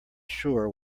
sure